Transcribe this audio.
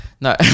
No